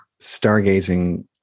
stargazing